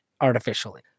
artificially